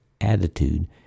attitude